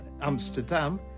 Amsterdam